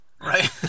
right